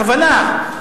בכוונה,